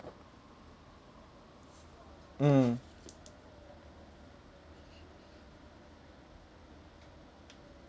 mm